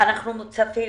אנחנו מוצפים